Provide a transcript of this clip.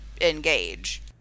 engage